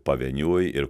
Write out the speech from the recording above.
pavieniui ir